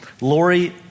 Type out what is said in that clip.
Lori